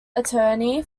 attorney